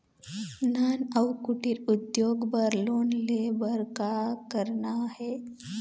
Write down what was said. नान अउ कुटीर उद्योग बर लोन ले बर का करना हे?